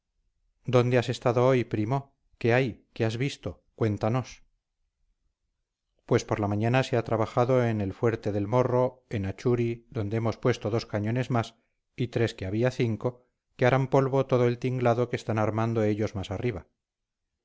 dónde has estado hoy primo qué hay qué has visto cuéntanos pues por la mañana se ha trabajado en el fuerte del morro en achuri donde hemos puesto dos cañones más y tres que había cinco que harán polvo todo el tinglado que están armando ellos más arriba